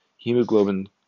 Hemoglobin